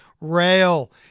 rail